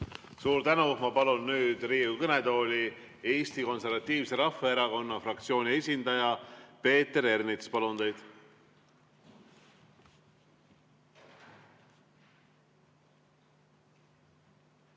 Suur tänu! Ma palun nüüd Riigikogu kõnetooli Eesti Konservatiivse Rahvaerakonna fraktsiooni esindaja Peeter Ernitsa. Palun teid!